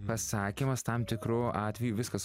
pasakymas tam tikru atveju viskas